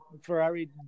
Ferrari